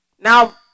Now